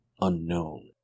unknown